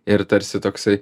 ir tarsi toksai